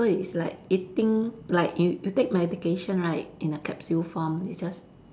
so it's like eating like you you take medication right in a capsule form you just